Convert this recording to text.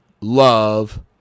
love